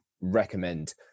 recommend